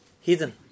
hidden